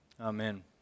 Amen